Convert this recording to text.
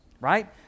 right